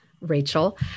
Rachel